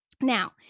now